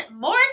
more